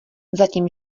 zatím